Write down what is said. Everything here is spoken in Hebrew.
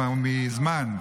כבר מזמן,